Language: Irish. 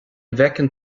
bhfeiceann